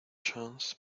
chance